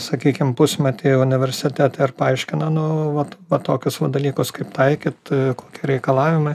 sakykim pusmetį universitete ir paaiškina nu vat va tokius dalykus kaip taikyt kokie reikalavimai